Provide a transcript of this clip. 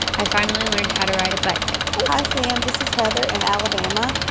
i finally learned how to ride a bike hi, sam. this is heather in alabama.